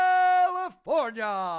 California